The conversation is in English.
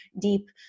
deep